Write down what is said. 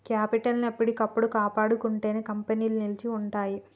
capital ని ఎప్పటికప్పుడు కాపాడుకుంటేనే కంపెనీలు నిలిచి ఉంటయ్యి